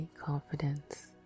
confidence